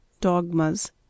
dogmas